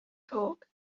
talk